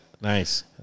Nice